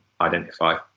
identify